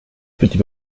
petit